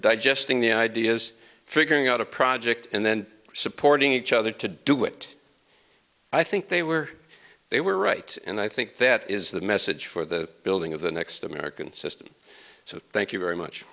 digesting the ideas figuring out a project and then supporting each other to do it i think they were they were right and i think that is the message for the building of the next american system so thank you very much